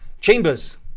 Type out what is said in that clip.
Chambers